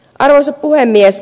arvoisa puhemies